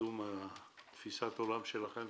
וקידום תפיסת העולם שלכם.